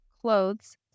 clothes